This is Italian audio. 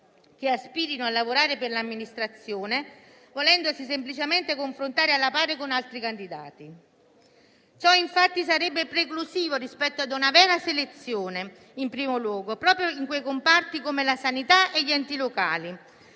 che aspirino a lavorare per l'amministrazione, volendosi semplicemente confrontare alla pari con altri candidati. Ciò, infatti, sarebbe anzitutto preclusivo rispetto a una vera selezione proprio in quei comparti, come la sanità e gli enti locali,